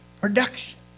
production